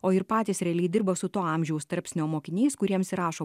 o ir patys realiai dirba su to amžiaus tarpsnio mokiniais kuriems ir rašo